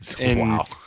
Wow